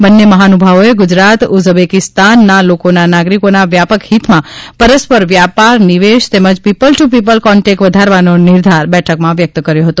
બંને મહાનુભાવોએ ગુજરાત ઉઝબેકિસ્તાનના લોકોના નાગરિકોના વ્યાપક હિતમાં પરસ્પર વ્યાપાર નિવેશ તેમજ પીપલ ટુ પીપલ કોન્ટેકટ વધારવાનો નિર્ધાર બેઠકમાં વ્યકત કર્યો હતો